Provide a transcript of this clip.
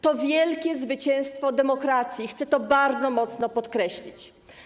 To wielkie zwycięstwo demokracji i chcę to bardzo mocno podkreślić.